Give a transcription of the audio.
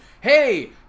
hey